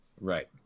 right